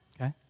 okay